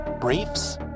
briefs